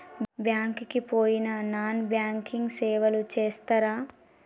Bank కి పోయిన non banking సేవలు చేస్తరా?